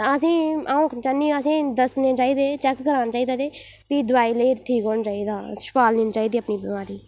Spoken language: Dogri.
असेंगी अ'ऊं चाह्न्नी आं असेंगी दस्सने चाहिदे चेक कराना चाहिदा ते फ्ही दोआई लेई ठीक होना चाहिदा छपालनी नी चाहिदी अपनी बामारी